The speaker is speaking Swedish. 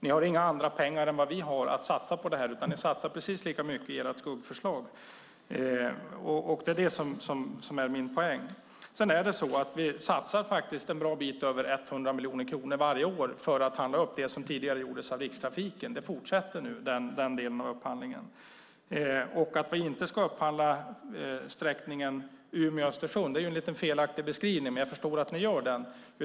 Ni har inga andra pengar än vad vi har att satsa på det här, utan ni satsar precis lika mycket i ert skuggförslag. Det är det som är min poäng. Vi satsar faktiskt en bra bit över 100 miljoner kronor varje år för att handla upp det som tidigare gjordes av Rikstrafiken. Den delen av upphandlingen fortsätter nu. Att vi inte ska upphandla flyg på sträckan Umeå-Östersund är en lite felaktig beskrivning, men jag förstår att ni gör den.